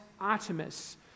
Artemis